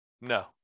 no